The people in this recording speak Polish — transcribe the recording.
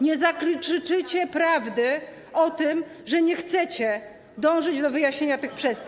Nie zakrzyczycie prawdy o tym, że nie chcecie dążyć do wyjaśnienia tych przestępstw.